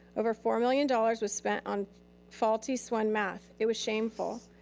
over four million dollars was spent on faulty swan math. it was shameful.